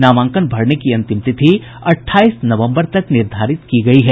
नामांकन भरने की अंतिम तिथि अठाईस नवम्बर तक निर्धारित की गयी है